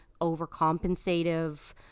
overcompensative